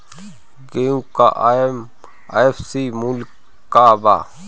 गेहू का एम.एफ.सी मूल्य का बा?